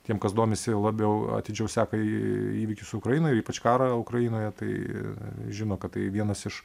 tiem kas domisi labiau atidžiau seka į įvykius ukrainoj ir ypač karą ukrainoje tai žino kad tai vienas iš